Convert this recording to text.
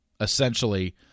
essentially